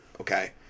okay